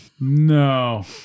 No